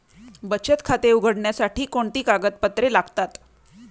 बचत खाते उघडण्यासाठी कोणती कागदपत्रे लागतात?